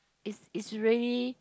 is is really